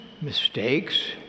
mistakes